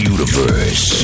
Universe